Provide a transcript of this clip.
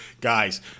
Guys